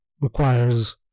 requires